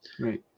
Right